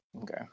Okay